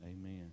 Amen